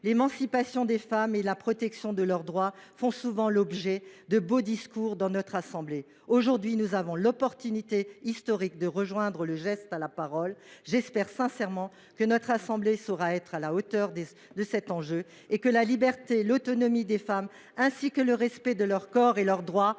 l’émancipation des femmes et la protection de leurs droits font souvent l’objet de beaux discours dans notre assemblée. Aujourd’hui, nous avons l’opportunité historique de joindre le geste à la parole. J’espère sincèrement que notre assemblée saura être à la hauteur de cet enjeu et que la liberté, l’autonomie des femmes, ainsi que le respect de leur corps et de leur droit